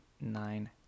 nine